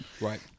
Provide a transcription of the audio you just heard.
Right